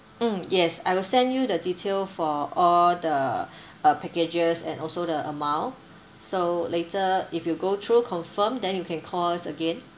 mm yes I will send you the detail for all the uh packages and also the amount so later if you go through confirm then you can call us again